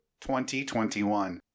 2021